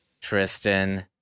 Tristan